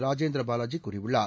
ராஜேந்திரபாலாஜி கூறியுள்ளார்